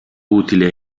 utile